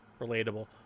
Relatable